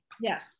Yes